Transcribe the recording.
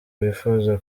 bifuza